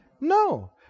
No